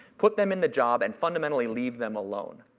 put them in the job and fundamentally leave them alone.